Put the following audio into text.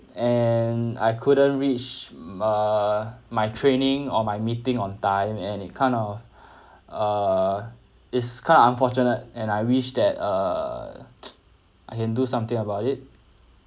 and I couldn't reach ma~ my training or my meeting on time and it kind of err it's kind of unfortunate and I wish that err I can do something about it